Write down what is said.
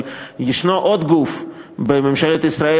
אבל יש עוד גוף בממשלת ישראל